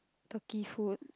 Turkey food